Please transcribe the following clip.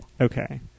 Okay